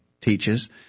teaches